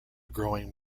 growing